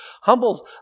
Humbles